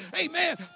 Amen